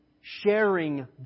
sharing